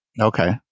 Okay